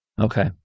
Okay